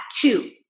two